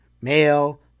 male